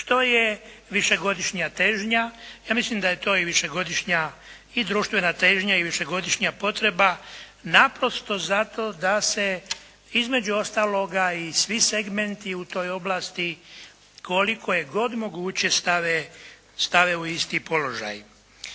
što je višegodišnja težnja. Ja mislim da je to i višegodišnja i društvena težnja i višegodišnja potreba naprosto zato da se između ostaloga i svi segmenti u toj oblasti koliko je god moguće stave u isti položaj.